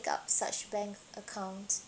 up such bank account